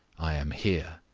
i am here.